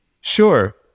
Sure